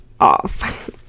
off